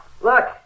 Look